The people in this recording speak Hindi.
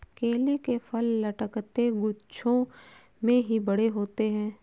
केले के फल लटकते गुच्छों में ही बड़े होते है